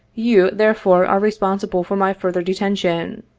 you, therefore, are re sponsible for my further detention.